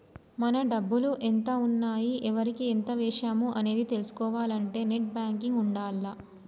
మన డబ్బులు ఎంత ఉన్నాయి ఎవరికి ఎంత వేశాము అనేది తెలుసుకోవాలంటే నెట్ బ్యేంకింగ్ ఉండాల్ల